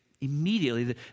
immediately